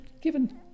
given